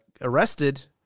arrested